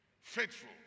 Faithful